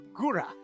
Gura